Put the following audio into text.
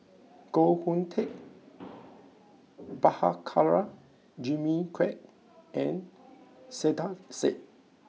Koh Hoon Teck Prabhakara Jimmy Quek and Saiedah Said